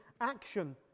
action